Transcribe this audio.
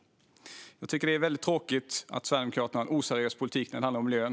Jag tycker att det är väldigt tråkigt att Sverigedemokraterna har en oseriös politik när det handlar om miljön.